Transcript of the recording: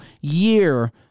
year